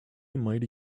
mighty